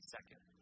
Second